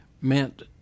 meant